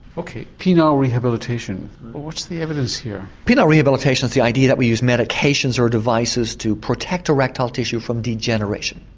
ok, penile rehabilitation what's the evidence here? penile rehabilitation is the idea that we use medications or devices to protect erectile tissue from degeneration.